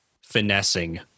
finessing